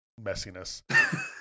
messiness